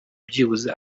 byibuze